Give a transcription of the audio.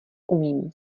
umím